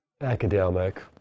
academic